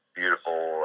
beautiful